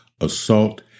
assault